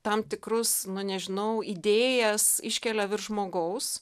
tam tikrus nu nežinau idėjas iškelia virš žmogaus